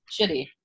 shitty